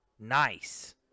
Nice